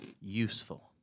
useful